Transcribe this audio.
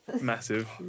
massive